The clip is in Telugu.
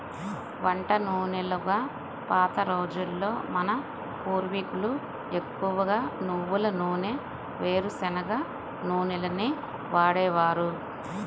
వంట నూనెలుగా పాత రోజుల్లో మన పూర్వీకులు ఎక్కువగా నువ్వుల నూనె, వేరుశనగ నూనెలనే వాడేవారు